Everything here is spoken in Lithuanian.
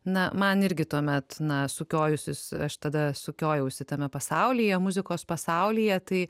na man irgi tuomet na sukiojusis aš tada sukiojausi tame pasaulyje muzikos pasaulyje tai